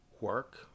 work